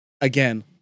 Again